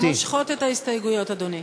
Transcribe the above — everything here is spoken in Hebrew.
מושכות את ההסתייגויות, אדוני.